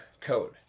code